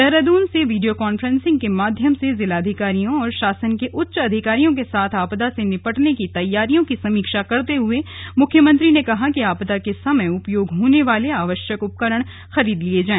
देहरादून से video conferencing के माध्यम से जिलाधिकारियों और शासन के उच्च अधिकारियों के साथ आपदा से निपटने की तैयारियों की समीक्षा करते हुए मुख्यमंत्री ने कहा कि आपदा के समय उपयोग होने वाले आवश्यक उपकरण खरीद लिए जाए